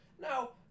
Now